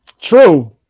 True